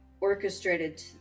orchestrated